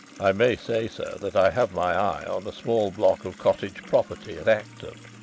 i may say, sir, that i have my eye on a small block of cottage property at acton.